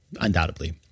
undoubtedly